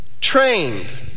trained